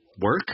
work